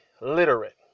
literate